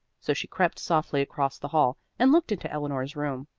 so she crept softly across the hall and looked into eleanor's room.